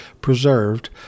preserved